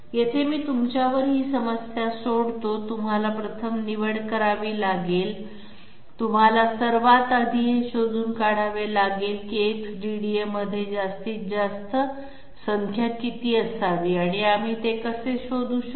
येथे मी तुमच्यावर ही समस्या सोडतो तुम्हाला प्रथम निवड करावी लागेल तुम्हाला सर्वात आधी हे शोधून काढावे लागेल की X DDA मध्ये जास्तीत जास्त संख्या किती असावी आम्ही ते कसे शोधू शकतो